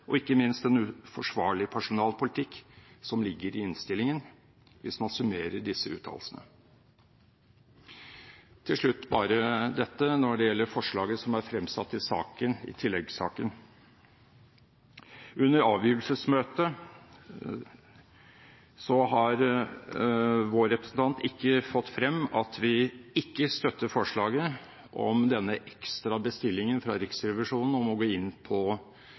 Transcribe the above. og ikke minst den uforsvarlige personalpolitikk som ligger i innstillingen, hvis man summerer disse uttalelsene. Til slutt til forslaget til vedtak som er fremsatt i tilleggsinnstillingen. Under avgivelsesmøtet har vår representant ikke fått frem at vi ikke støtter forslaget om den ekstra bestillingen til Riksrevisjonen om å gå inn på